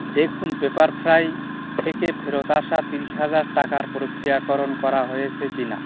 দেখুন পেপারফ্রাই থেকে ফেরত আসা তিরিশ হাজার টাকার প্রক্রিয়াকরণ করা হয়েছে কিনা